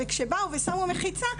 וכשבאו ושמו מחיצה,